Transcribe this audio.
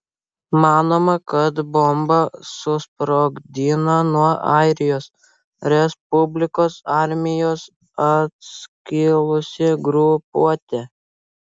manoma kad bombą susprogdino nuo airijos respublikos armijos atskilusi grupuotė